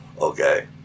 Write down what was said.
Okay